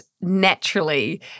naturally